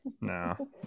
No